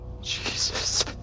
Jesus